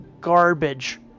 garbage